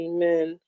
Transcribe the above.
Amen